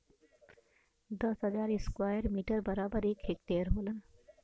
दस हजार square metre बराबर एक हेक्टेयर होला